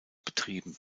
betrieben